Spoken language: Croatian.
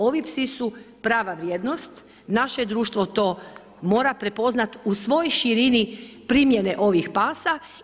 Ovi psi su prava vrijednost, naše društvo mora to prepoznati u svoj širini primjene ovih pasa.